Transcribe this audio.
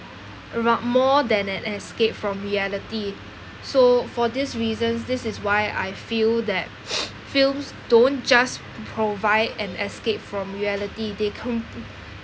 ra~ more than an escape from reality so for these reasons this is why I feel that films don't just provide an escape from reality they com~